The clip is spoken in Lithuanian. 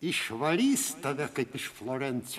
išvarys tave kaip iš florenci